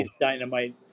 dynamite